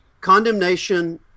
Condemnation